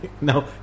no